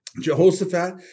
Jehoshaphat